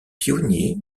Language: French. pionnier